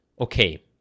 okay